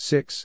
Six